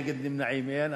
נגד, נמנעים, אין.